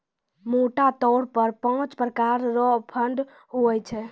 मोटा तौर पर पाँच प्रकार रो फंड हुवै छै